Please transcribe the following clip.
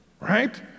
right